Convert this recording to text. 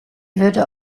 wurde